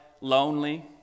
lonely